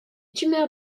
tumeurs